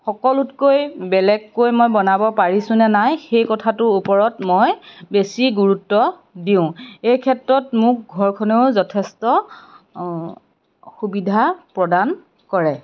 সকলোতকৈ বেলেগকৈ মই বনাব পাৰিছোঁ নে নাই সেই কথাটোৰ ওপৰত মই বেছি গুৰুত্ব দিওঁ এই ক্ষেত্ৰত মোক ঘৰখনেও যথেষ্ট সুবিধা প্ৰদান কৰে